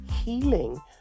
healing